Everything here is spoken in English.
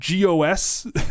GOS